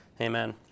amen